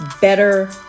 better